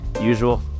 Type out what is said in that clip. usual